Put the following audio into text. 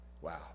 Wow